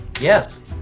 Yes